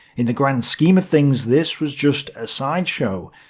in the grand scheme of things, this was just a side-show.